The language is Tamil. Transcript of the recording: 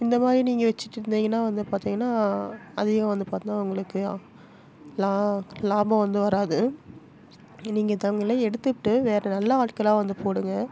இந்த மாதிரி நீங்கள் வச்சுட்டு இருந்திங்கனா வந்து பார்த்திங்கனா அதிகம் வந்து பார்த்தோம்னா உங்களுக்கு லாபம் வந்து வராது நீங்கள் இந்தவங்கள எடுத்து விட்டு வேறு நல்ல ஆட்களாக வந்து போடுங்கள்